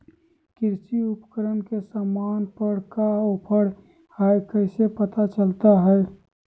कृषि उपकरण के सामान पर का ऑफर हाय कैसे पता चलता हय?